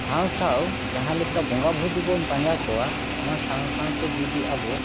ᱥᱟᱶ ᱥᱟᱶ ᱡᱟᱦᱟᱸ ᱞᱮᱠᱟ ᱵᱚᱸᱜᱟ ᱵᱷᱩᱛ ᱵᱚᱱ ᱯᱟᱸᱡᱟ ᱠᱚᱣᱟ ᱚᱱᱟ ᱥᱟᱶ ᱥᱟᱶᱛᱮ ᱡᱩᱫᱤ ᱟᱵᱚ